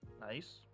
Nice